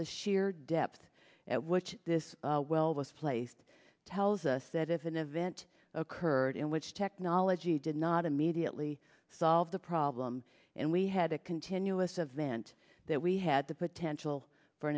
the sheer depth at which this well was placed tells us that if an event occurred in which technology did not immediately solve the problem and we had a continuous event that we had the potential for